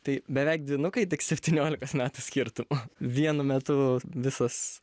tai beveik dvynukai tik septyniolikos metų skirtumu vienu metu visas